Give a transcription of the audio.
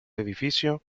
edificio